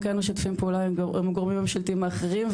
ואנחנו כן משתפים פעולה עם גורמים ממשלתיים אחרים,